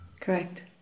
correct